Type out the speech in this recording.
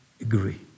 agree